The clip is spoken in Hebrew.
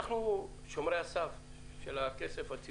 אנחנו צריכים למלא את תפקידנו כשומרי הסף של הקופה הציבורית.